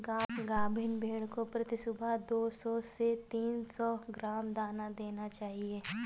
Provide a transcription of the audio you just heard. गाभिन भेड़ को प्रति सुबह दो सौ से तीन सौ ग्राम दाना देना चाहिए